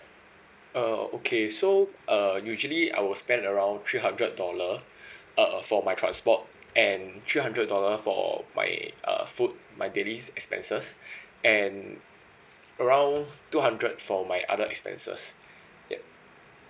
uh okay so uh usually I will spend around three hundred dollar err for my transport and three hundred dollar for my err food my daily expenses and around two hundred for my other expenses yup